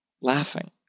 laughing